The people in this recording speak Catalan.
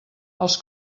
els